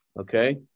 Okay